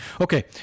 Okay